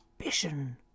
ambition